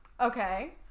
Okay